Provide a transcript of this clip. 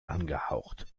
angehaucht